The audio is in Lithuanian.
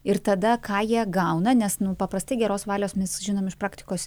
ir tada ką jie gauna nes nu paprastai geros valios mes žinom iš praktikos